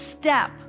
step